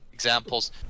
examples